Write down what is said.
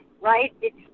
right